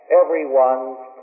everyone's